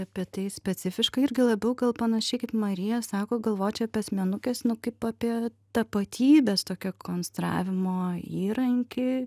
apie tai specifiškai irgi labiau gal panašiai kaip marija sako galvočiau apie asmenukes nu kaip apie tapatybės tokio konstravimo įrankį